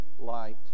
light